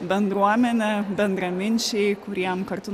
bendruomenė bendraminčiai kuriem kartu